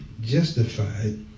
justified